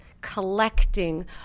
Collecting